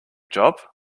job